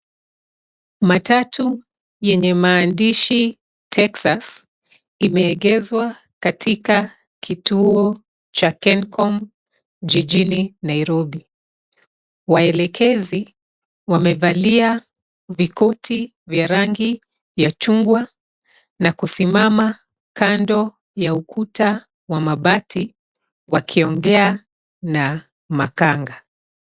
Matatu yenye maandishi Texas imeegeshwa katika kituo cha Kencon jijini Nairobi. Waelekezi wamevalia vikoti vya rangi ya chungwa na kusimama kando ya ukuta wa mabati wakiongea na makanga.